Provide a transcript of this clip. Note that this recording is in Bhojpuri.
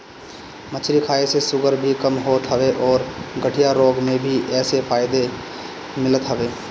मछरी खाए से शुगर भी कम होत हवे अउरी गठिया रोग में भी एसे फायदा मिलत हवे